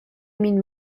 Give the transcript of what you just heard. min